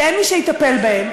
שאין מי שיטפל בהם,